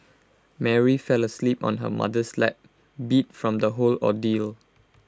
Mary fell asleep on her mother's lap beat from the whole ordeal